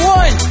one